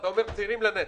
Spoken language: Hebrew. אתה אומר: צעירים לנצח.